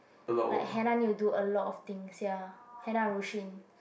like Hannah need to do a lot of things ya Hannah Ru-Shin